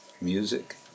music